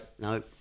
No